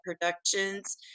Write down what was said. Productions